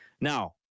Now